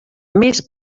més